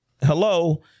hello